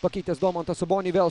pakeitęs domantą sabonį vėl